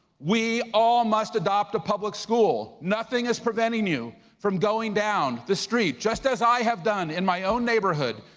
we all must adopt a public school. nothing is preventing you from going down the street, just as i have done in my own neighborhood,